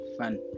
fun